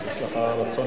יש לך רצון,